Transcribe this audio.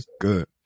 good